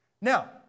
Now